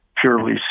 purely